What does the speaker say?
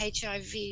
HIV